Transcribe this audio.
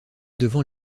devant